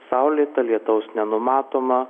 saulėta lietaus nenumatoma